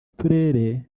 uturere